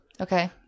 okay